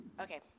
Okay